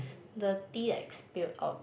the tea like spilled out